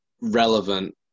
relevant